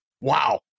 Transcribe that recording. Wow